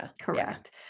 Correct